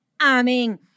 amen